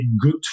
good